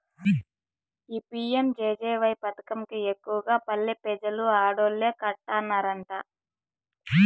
ఈ పి.యం.జె.జె.వై పదకం కి ఎక్కువగా పల్లె పెజలు ఆడోల్లే కట్టన్నారట